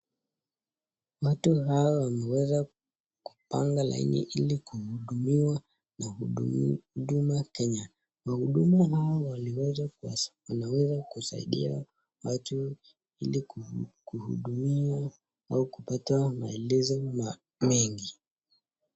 Watu hawa waliweza kupanga laini ili kuhudumiwa na Huduma Kenya . Wahudumu hao waliweza kusaidia watu ili kuhudumiwa au kupata maelezo mengi.